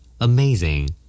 Amazing